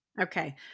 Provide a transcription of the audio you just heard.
Okay